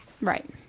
Right